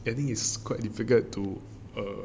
I think it's quite difficult to err